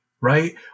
right